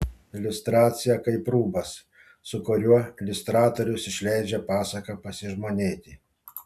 iliustracija kaip rūbas su kuriuo iliustratorius išleidžia pasaką pasižmonėti